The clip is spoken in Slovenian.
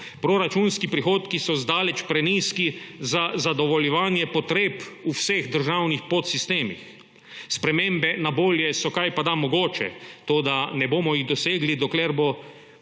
Proračunski prihodki so zdaleč prenizki za zadovoljevanje potreb v vseh državnih podsistemih. Spremembe na bolje so kajpada mogoče, toda ne bomo jih dosegli, dokler bo vse